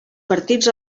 partits